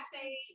say